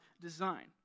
design